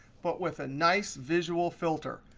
but with a nice visual filter.